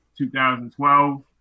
2012